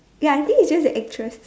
ya I think it's just the actress